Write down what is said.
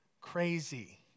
crazy